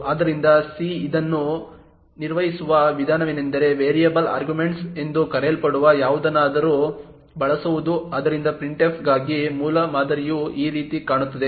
ಆದ್ದರಿಂದ ಸಿ ಇದನ್ನು ನಿರ್ವಹಿಸುವ ವಿಧಾನವೆಂದರೆ ವೇರಿಯಬಲ್ ಆರ್ಗ್ಯುಮೆಂಟ್ಸ್ ಎಂದು ಕರೆಯಲ್ಪಡುವ ಯಾವುದನ್ನಾದರೂ ಬಳಸುವುದು ಆದ್ದರಿಂದ printf ಗಾಗಿ ಮೂಲಮಾದರಿಯು ಈ ರೀತಿ ಕಾಣುತ್ತದೆ